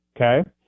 Okay